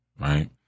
right